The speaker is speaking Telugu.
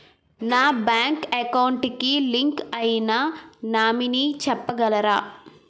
నా బ్యాంక్ అకౌంట్ కి లింక్ అయినా నామినీ చెప్పగలరా?